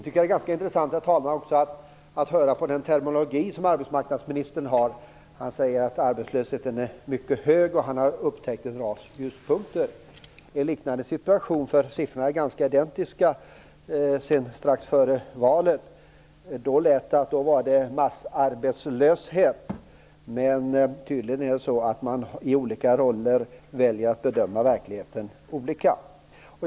Det är ganska intressant att lyssna på den terminologi som arbetsmarknadsministern använder. Han säger att arbetslösheten är mycket hög och att han har upptäckt en rad ljuspunkter. Strax före valet - siffrorna då och nu är ganska identiska - lät det att det rådde massarbetslöshet. Men tydligen väljer man att bedöma verkligheten olika beroende på de olika roller man har.